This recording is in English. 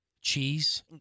cheese